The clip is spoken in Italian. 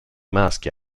maschi